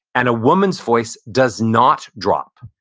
and a woman's voice does not drop.